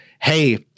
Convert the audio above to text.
Hey